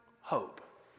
hope